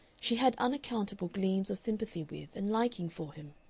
she had unaccountable gleams of sympathy with and liking for him.